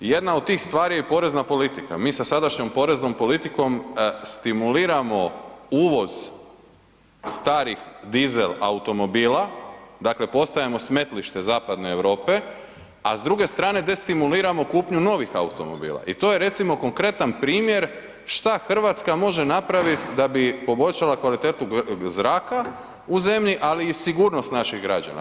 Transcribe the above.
Jedna od tih stvari je i porezna politika, mi sa sadašnjom poreznom politikom stimuliramo uvoz starih dizel automobila, dakle postajemo smetlište Zapadne Europe, a s druge strane destimuliramo kupnju novih automobila i to je recimo konkretan primjer šta Hrvatska može napravit da bi poboljšala kvalitetu zraka u zemlji, ali i sigurnost naših građana.